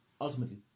ultimately